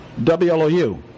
WLOU